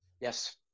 yes